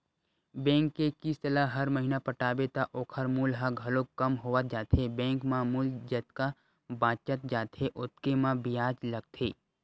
bank के किस्त ल हर महिना पटाबे त ओखर मूल ह घलोक कम होवत जाथे बेंक म मूल जतका बाचत जाथे ओतके म बियाज लगथे